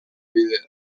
bidea